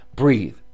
breathe